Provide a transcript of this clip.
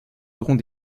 aurons